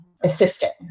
assistant